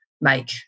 make